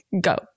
Go